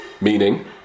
Meaning